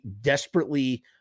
desperately